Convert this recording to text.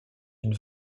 une